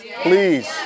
Please